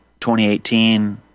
2018